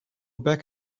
back